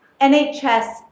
NHS